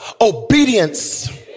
Obedience